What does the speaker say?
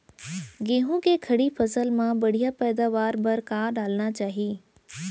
गेहूँ के खड़ी फसल मा बढ़िया पैदावार बर का डालना चाही?